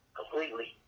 completely